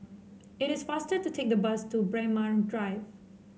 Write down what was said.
it is faster to take the bus to Braemar Drive